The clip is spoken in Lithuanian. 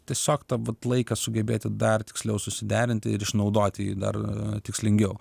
tiesiog tą vat laiką sugebėti dar tiksliau susiderinti ir išnaudoti jį dar tikslingiau